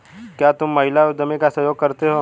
क्या तुम महिला उद्यमी का सहयोग करते हो?